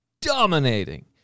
dominating